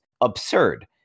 absurd